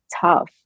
tough